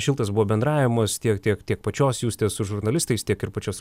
šiltas buvo bendravimas tiek tiek tiek pačios justė su žurnalistais tiek ir pačios